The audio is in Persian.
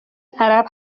عرب